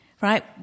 right